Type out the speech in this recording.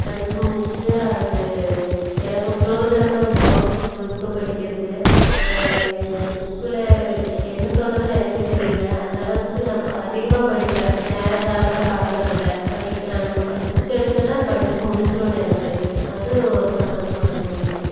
படித்து முடிச்சிட்டு அது எனக்கு பிரயோஜனமா இருக்கும் அந்த புக்கை படிக்கிறதுக்கு அந்த புக்கில் என்ன சொல்றதுன்னு எனக்கு தெரியலை அந்தளவுக்கு அதிகமாக படிப்பேன் நேரங்காலம்லாம் பாக்கிறதில்ல படிக்க ஆம் அந்த புக்கை எடுத்தேன்னா அது படித்து முடிச்சிடணும் எனக்கு அது ஒரு சந்தோஷமா இருக்கும் எனக்கு